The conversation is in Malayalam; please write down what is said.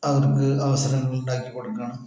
അവർക്ക് അവസരങ്ങൾ ഉണ്ടാക്കി കൊടുക്കാണ്